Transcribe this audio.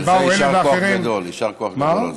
כשבאו אלה ואחרים, על זה יישר כוח הגדול.